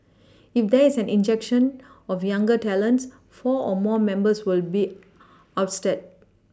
if there is an injection of younger talents four or more members will be ousted